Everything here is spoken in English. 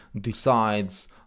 decides